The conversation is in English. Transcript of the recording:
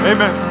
Amen